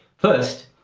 first,